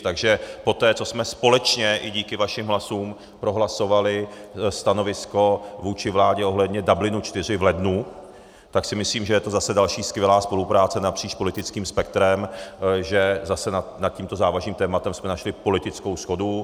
Takže poté, co jsme společně i díky vašim hlasům prohlasovali stanovisko vůči vládě ohledně Dublinu IV v lednu, tak si myslím, že je to zase další skvělá spolupráce napříč politickým spektrem, že zase nad tímto závažným tématem jsme našli politickou shodu.